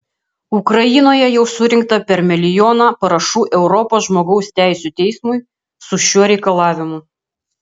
ukrainoje jau surinkta per milijoną parašų europos žmogaus teisių teismui su šiuo reikalavimu